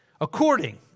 according